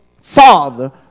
father